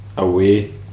away